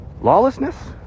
lawlessness